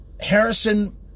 Harrison